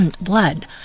blood